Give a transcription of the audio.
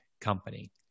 company